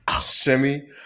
shimmy